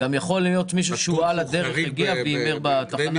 גם יכול להיות מישהו שעל הדרך עבר והימר באותה תחנה.